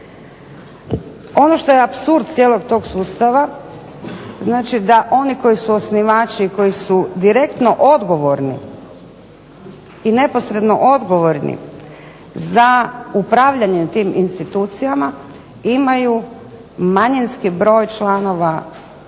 Ono što je apsurd cijelog tog sustava znači da oni koji su osnivači koji su direktno odgovorni i neposredno odgovorni za upravljanje tim institucijama imaju manjinski broj članova odbora